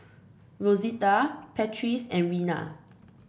Rosita Patrice and Rena